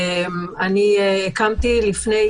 הקמתי לפני